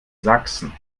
sachsen